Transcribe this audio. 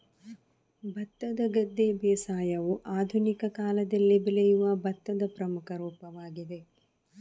ಭತ್ತದ ಗದ್ದೆ ಬೇಸಾಯವು ಆಧುನಿಕ ಕಾಲದಲ್ಲಿ ಬೆಳೆಯುವ ಭತ್ತದ ಪ್ರಮುಖ ರೂಪವಾಗಿದೆ